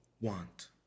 want